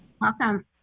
Welcome